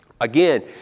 Again